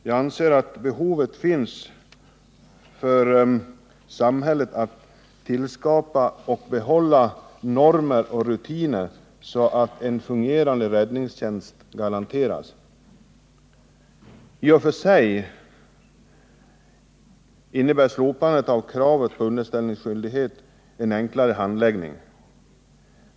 Vi anser att samhället har ett behov av att tillskapa och behålla normer och rutiner som garanterar en fungerande räddningstjänst. I och för sig innebär slopandet av kravet på underställningsskyldighet en enklare handläggning.